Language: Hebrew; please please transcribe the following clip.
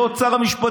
לא את שר המשפטים,